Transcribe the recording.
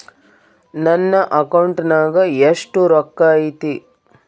ನನ್ನ ಅಕೌಂಟ್ ನಾಗ ಎಷ್ಟು ರೊಕ್ಕ ಐತಿ?